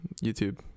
YouTube